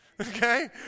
Okay